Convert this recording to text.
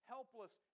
helpless